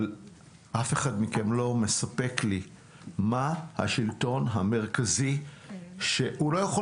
אף אחד מכם לא מספק לי במה השלטון המרכזי - שהוא לא יכול